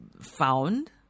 found